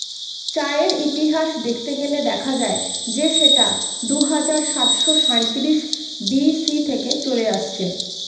চায়ের ইতিহাস দেখতে গেলে দেখা যায় যে সেটা দুহাজার সাতশো সাঁইত্রিশ বি.সি থেকে চলে আসছে